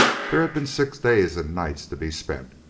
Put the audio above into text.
there had been six days and nights to be spent,